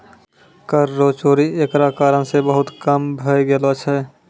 कर रो चोरी एकरा कारण से बहुत कम भै गेलो छै